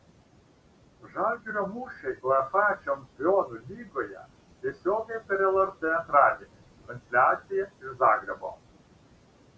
žalgirio mūšiai uefa čempionų lygoje tiesiogiai per lrt antradienį transliacija iš zagrebo